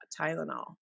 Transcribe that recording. Tylenol